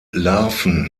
larven